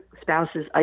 spouses